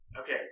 okay